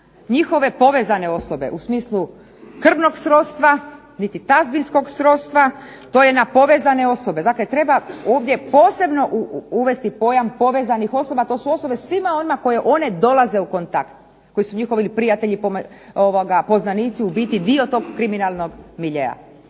njihove povezane osobe, u smislu krvnog srodstva, niti tazbinskog srodstva, to je na povezane osobe. Dakle treba ovdje posebno uvesti pojam povezanih osoba, to su osobe svima onima koje one dolaze u kontakt, koji su njihovi prijatelji, poznanici, u biti dio tog kriminalnog miljea.